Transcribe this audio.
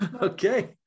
Okay